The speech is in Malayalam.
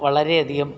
വളരെയധികം